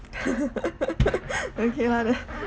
okay lah then